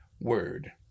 word